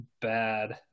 bad